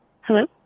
Hello